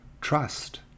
trust